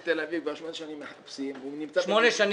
שמונה שנים.